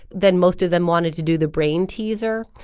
then most of them wanted to do the brain teaser.